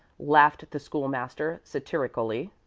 laughed the school-master, satirically.